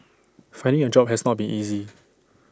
finding A job has not been easy